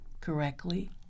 Correctly